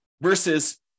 versus